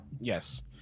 Yes